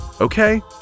okay